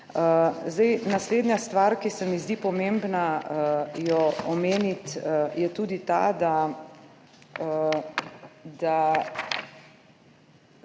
stvari. Naslednja stvar, ki se mi zdi pomembno omeniti, je tudi ta, da